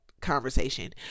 conversation